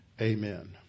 Amen